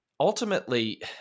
ultimately